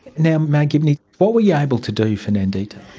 yeah maie gibney, what were you able to do for nandita?